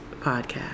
Podcast